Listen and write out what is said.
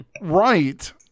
Right